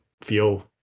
Feel